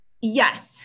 Yes